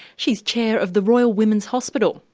she's chair of the royal women's hospital,